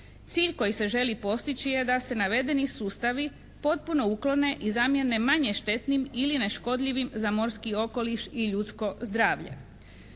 Cilj koji se želi postići je da se navedeni sustavi potpuno uklone i zamijene manje štetnim ili neškodljivim za morski okoliš i ljudsko zdravlje.